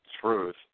truth